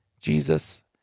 Jesus